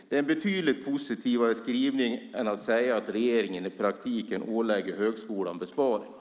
Det är en betydligt mer positiv skrivning än att säga att regeringen i praktiken ålägger högskolan besparingar.